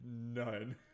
none